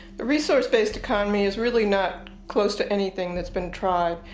the resource based economy is really not close to anything that's been tried.